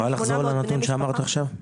את יכולה לחזור על הנתון שאמרת עכשיו?